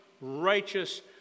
righteous